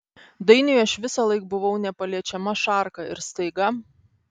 dainiui aš visąlaik buvau nepaliečiama šarka ir staiga